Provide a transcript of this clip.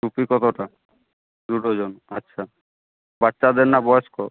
টুপি কতটা দু ডজন আচ্ছা বাচ্চাদের না বয়স্ক